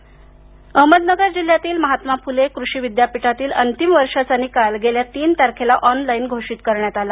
निकाल अहमदनगर जिल्ह्यातील महात्मा फुले कृषि विद्यापीठातील अंतिम वर्षाचा निकाल गेल्या तीन तारखेला ऑनलाइन घोषित करण्यात आला